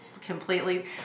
completely